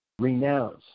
renounce